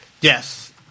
Yes